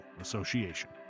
Association